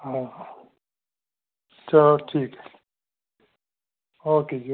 आं चलो ठीक ऐ ओके जी